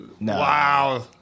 wow